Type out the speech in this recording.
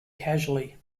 casually